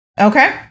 Okay